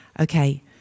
Okay